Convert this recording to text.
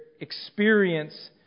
experience